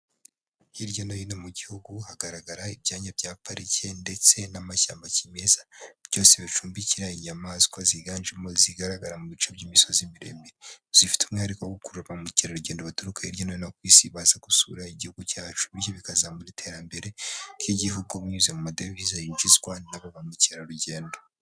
Hirya no hino mu gihugu, hagaragara ibyanya bya parike ndetse n'amashyamba kimeza, byose bicumbikira inyamaswa ziganjemo izigaragara mu bice by'imisozi miremire. Zifite umwihariko wo gukurura ba mukerarugendo baturuka hirya no hino ku isi, baza gusura igihugu cyacu bityo bikazamura iterambere ry'igihugu binyuze mu madevize yinjizwa n'abo bamukerarugendo.